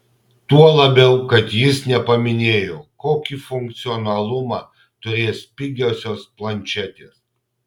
tuo labiau kad jis nepaminėjo kokį funkcionalumą turės pigiosios planšetės